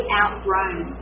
outgrown